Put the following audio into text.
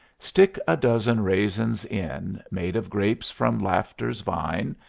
stick a dozen raisins in made of grapes from laughter's vine,